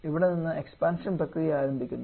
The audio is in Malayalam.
ഇവിടെ നിന്ന് എക്സ്പാൻഷൻ പ്രക്രിയ ആരംഭിക്കുന്നു